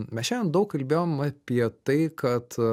mes šiandien daug kalbėjom apie tai kad